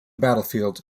battlefield